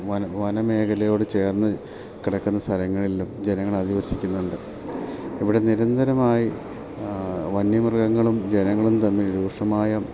വന വന മേഖലയോട് ചേർന്ന് കിടക്കുന്ന സ്ഥലങ്ങളിലും ജനങ്ങൾ അധിവസിക്കുന്നുണ്ട് ഇവിടെ നിരന്തരമായി വന്യ മൃഗങ്ങളും ജനങ്ങളും തമ്മിൽ രൂക്ഷമായ